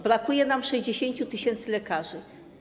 Brakuje nam 60 tys. lekarzy.